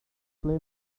ble